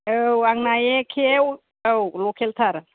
औ आंना एखे औ लकेलथार